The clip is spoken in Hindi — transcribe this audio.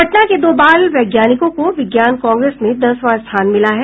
पटना के दो बाल वैज्ञानिकों को विज्ञान कांग्रेस में दसवां स्थान मिला है